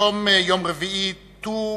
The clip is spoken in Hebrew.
היום יום רביעי, ט"ו